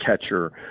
catcher